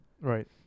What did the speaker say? Right